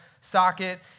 socket